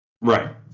right